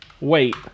Wait